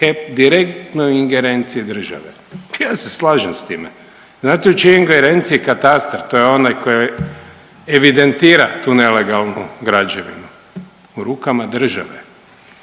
direktnoj ingerenciji države. Ja se slažem s time. Znate u čijoj ingerenciji je katastar to je onaj koji evidentira tu nelegalnu građevinu? U rukama države.